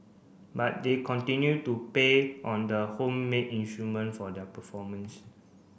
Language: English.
but they continue to pay on the homemade instrument for their performance